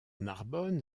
narbonne